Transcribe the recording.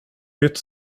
bytt